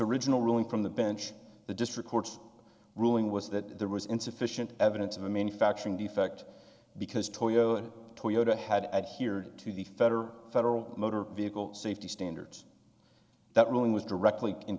original ruling from the bench the district court ruling was that there was insufficient evidence of a manufacturing defect because toyota and toyota had adhered to the federal federal motor vehicle safety standards that ruling was directly in